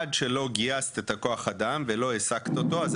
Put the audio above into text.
עד שלא גייסת את כוח האדם ולא העסקת אותו אז